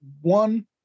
one